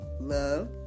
love